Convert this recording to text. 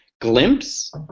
Glimpse